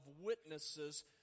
witnesses